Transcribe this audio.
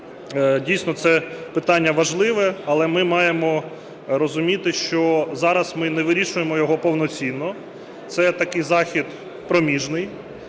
Дійсно, це питання важливе. Але ми маємо розуміти, що зараз ми не вирішуємо його повноцінно, це такий захід проміжний,